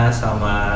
sama